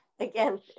Again